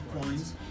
points